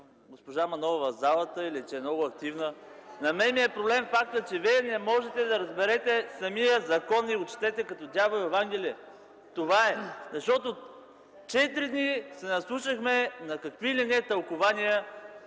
госпожа Манолова е в залата, или че е много активна. Моят проблем е фактът, че Вие не можете да разберете самия закон и го четете като дявола евангелието. Това е! Защото четири дни се наслушахме на какви ли не тълкувания